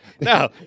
No